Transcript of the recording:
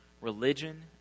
religion